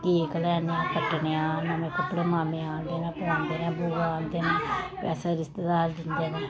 cake लैने आं कट्टने आं नमें कपड़े मामे आंदे न पुआंदे न बूआ आंदे न पैसे रिश्तेदार दिंदे न